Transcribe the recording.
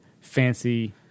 fancy